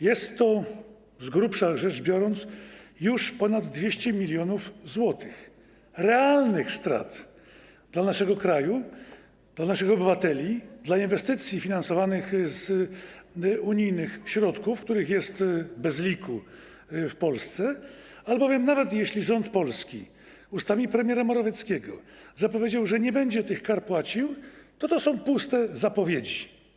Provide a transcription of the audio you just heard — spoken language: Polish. Jest to, z grubsza rzecz biorąc, już ponad 200 mln zł, są to realne straty dla naszego kraju, dla naszych obywateli, dla inwestycji finansowanych z unijnych środków, których jest bez liku w Polsce, albowiem nawet jeśli rząd polski ustami premiera Morawieckiego zapowiedział, że nie będzie tych kar płacił, to są to puste zapowiedzi.